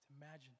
imagine